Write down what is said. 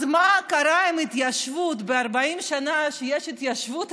אז מה קרה עם ההתיישבות ב-40 שנה שיש התיישבות,